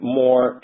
more